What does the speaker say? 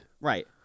Right